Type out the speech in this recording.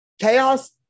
Chaos